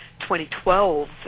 2012